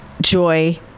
joy